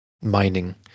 mining